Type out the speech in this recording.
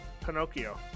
Pinocchio